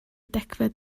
degfed